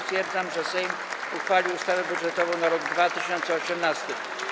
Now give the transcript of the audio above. Stwierdzam, że Sejm uchwalił ustawę budżetową na rok 2018.